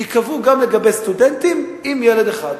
ייקבעו גם לגבי סטודנטים עם ילד אחד.